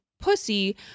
pussy